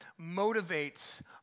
motivates